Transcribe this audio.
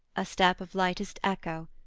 a step of lightest echo,